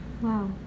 Wow